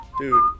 Dude